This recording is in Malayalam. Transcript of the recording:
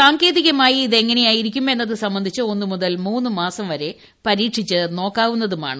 സാങ്കേതികമായി ഇത് എങ്ങിനെയിരിക്കും എന്നത് സംബന്ധിച്ച് ഒന്നു മുതൽ മൂന്ന് മാസം വരെ പരീക്ഷിച്ച് നോക്കാവുന്നതുമാണ്